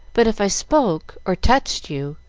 but if i spoke or touched you,